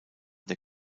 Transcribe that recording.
der